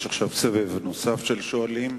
יש עכשיו סבב נוסף של שואלים.